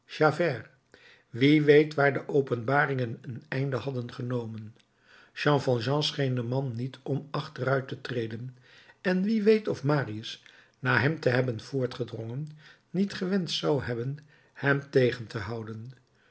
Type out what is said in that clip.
wie weet waar de openbaringen een einde hadden genomen jean valjean scheen de man niet om achteruit te treden en wie weet of marius na hem te hebben voortgedrongen niet gewenscht zou hebben hem tegen te houden